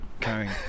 carrying